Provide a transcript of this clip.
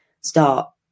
start